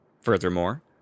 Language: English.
Furthermore